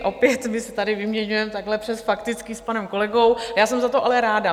Opět se tady vyměňujeme takhle přes faktické s panem kolegou, jsem za to ale ráda.